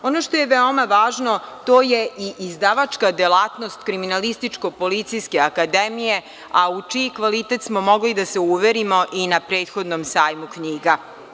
Ono što je veoma važno to je i izdavačka delatnost kriminalističko-policijske akademije, a u čiji kvalitet smo mogli i da se uverimo i na prethodnom Sajmu knjiga.